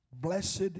Blessed